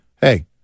hey